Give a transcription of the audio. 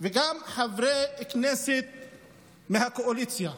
וגם חברי כנסת מהקואליציה,